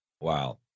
Wow